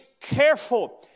careful